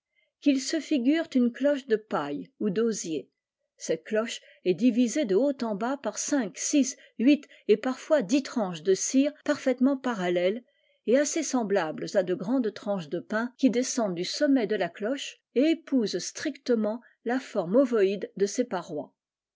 qu'ils se figurent une cloche de paille ou d'osier cette cloche est divisée de haut en bas par cinq six huit et parfois dix tranches de cire parfaitement parallèles et assez semblables à de grandes tranches de pain qui descendent du sommet de la cloche et épousent strictement la forme ovoïde de ses parois